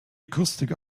acoustic